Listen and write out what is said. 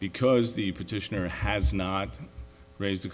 because the petitioner has not raised the